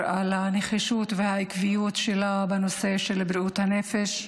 על הנחישות והעקביות שלה בנושא של בריאות הנפש.